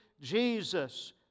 Jesus